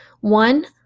One